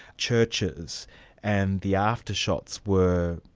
churches and the after shots were